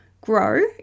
grow